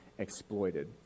Exploited